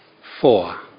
Four